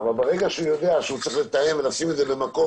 אבל ברגע שהוא יודע שהוא צריך לתאם ולשים את זה במקום